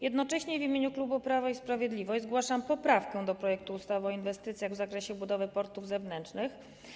Jednocześnie w imieniu klubu Prawo i Sprawiedliwość zgłaszam poprawkę do projektu ustawy o inwestycjach w zakresie budowy portów zewnętrznych.